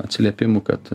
atsiliepimų kad